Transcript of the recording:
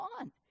on